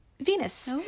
Venus